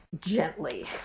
gently